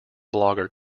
blogger